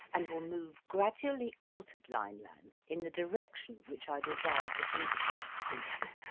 and will move gradually out of lineland in the direction which i desire to indicate to you.